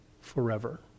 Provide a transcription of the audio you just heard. forever